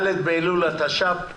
ד' באלול התש"ף.